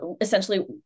essentially